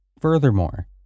Furthermore